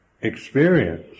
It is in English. experience